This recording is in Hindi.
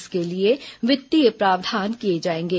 इसके लिए वित्तीय प्रावधान किए जाएंगे